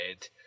dead